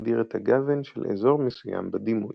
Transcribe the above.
המגדיר את הגוון של אזור מסוים בדימוי.